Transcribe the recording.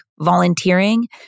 volunteering